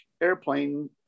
airplane